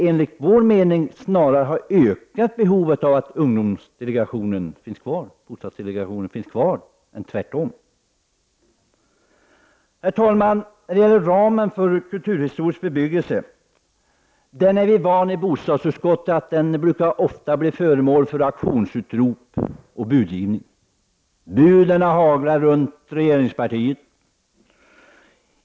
Enligt vår mening har behovet av ungdomsbostadsdelegationen snarare ökat. Ramen för kulturhistorisk bebyggelse brukar ofta bli föremål för auktionsutrop och budgivning. Buden haglar runt regeringspartiet.